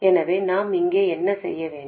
எனவே நாம் இங்கே என்ன செய்ய வேண்டும்